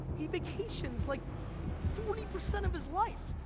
he vacations like forty percent of his life,